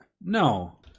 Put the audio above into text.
No